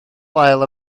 wael